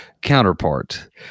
counterpart